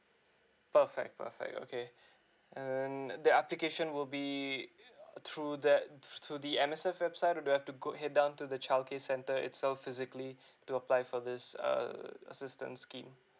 perfect perfect okay and the application will be through that through the M_S_F website or do I have to go head down to the childcare centre itself physically to apply for this err assistance scheme